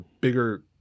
bigger